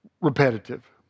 repetitive